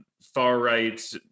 far-right